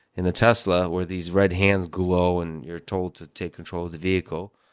in a tesla, where these red hands glow and you're told to take control of the vehicle,